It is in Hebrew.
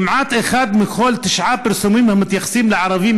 כמעט אחד מכל תשעה פרסומים המתייחסים לערבים,